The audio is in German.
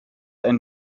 einen